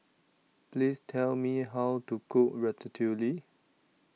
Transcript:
Please Tell Me How to Cook Ratatouille